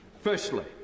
Firstly